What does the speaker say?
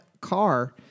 car